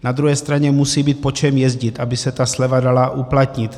Na druhé straně musí být po čem jezdit, aby se ta sleva dala uplatnit.